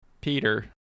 Peter